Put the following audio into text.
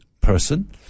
person